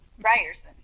Ryerson